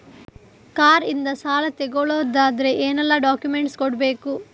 Car ಇಂದ ಸಾಲ ತಗೊಳುದಾದ್ರೆ ಏನೆಲ್ಲ ಡಾಕ್ಯುಮೆಂಟ್ಸ್ ಕೊಡ್ಬೇಕು?